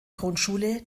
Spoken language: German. grundschule